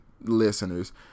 listeners